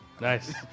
Nice